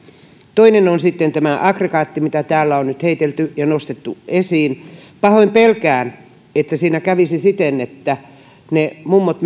toinen on sitten tämä aggregaattiasia mitä täällä on nyt heitelty ja nostettu esiin pahoin pelkään että siinä kävisi siten että ne mummot